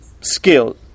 skill